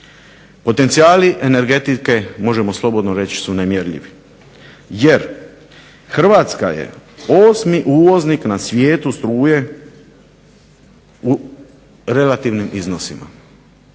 Potencijali energetike možemo slobodno reći su nemjerljivi, jer Hrvatska je 8. uvoznik na svijetu struje u relativnim iznosima.